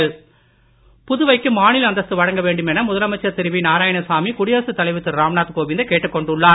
நாராயணசாமி புதுவைக்கு மாநில அந்தஸ்து வழங்க வேண்டும் என முதலமைச்சர் திரு நாராயணசாமி குடியரசு தலைவர் திரு ராம்நாத் கோவிந்தை கேட்டுக் கொண்டுள்ளார்